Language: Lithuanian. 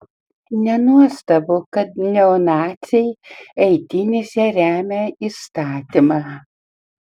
nenuostabu kad neonaciai eitynėse remia įstatymą